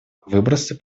выбросы